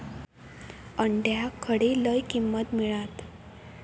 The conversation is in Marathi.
अंड्याक खडे लय किंमत मिळात?